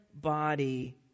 body